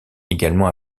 également